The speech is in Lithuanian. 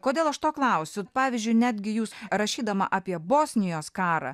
kodėl aš to klausiu pavyzdžiui netgi jūs rašydama apie bosnijos karą